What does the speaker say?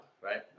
right